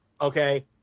Okay